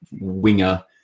winger